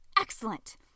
Excellent